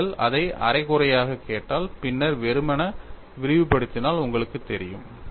நீங்கள் அதை அரை குறையாகக் கேட்டால் பின்னர் வெறுமனே விரிவுபடுத்தினால் உங்களுக்குத் தெரியும்